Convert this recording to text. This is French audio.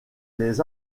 les